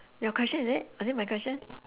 your question is it or is it my question